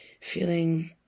feeling